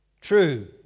True